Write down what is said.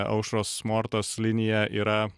aušros mortos linija yra